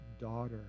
daughter